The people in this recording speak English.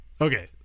Okay